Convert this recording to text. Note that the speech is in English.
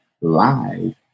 Live